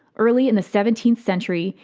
early in the seventeenth century,